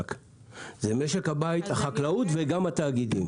זה גם התאגידים,